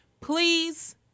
Please